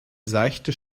seichte